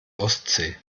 ostsee